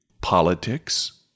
Politics